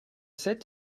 sept